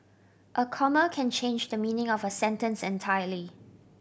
a comma can change the meaning of a sentence entirely